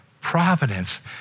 providence